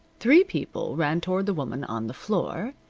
three people ran toward the woman on the floor,